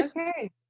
okay